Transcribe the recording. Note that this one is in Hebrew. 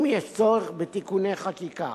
אם יש צורך, בתיקוני חקיקה.